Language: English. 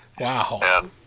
Wow